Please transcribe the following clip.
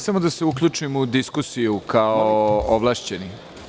Samo da se uključim u diskusiju kao ovlašćeni.